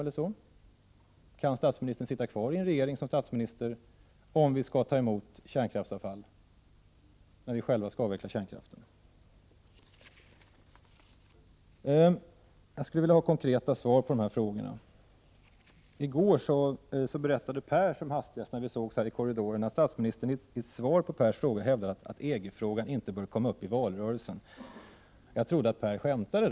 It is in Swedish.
Kan Ingvar Carlsson sitta kvar som statsminister i en regering som tillåter att vi tar emot kärnkraftsavfall? Vi skall ju själva avveckla kärnkraften. Jag skulle vilja ha konkreta svar på de frågor som jag här har ställt. När jag i går som hastigast träffade Per Gahrton i en korridor här i huset berättade han att statsministern i ett svar på en fråga som Per Gahrton ställt hävdade att EG-frågan inte bör komma upp i nästa valrörelse. Jag trodde att Per Gahrton skämtade.